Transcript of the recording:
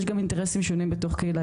יש גם אינטרסים שונים בתוך קהילה,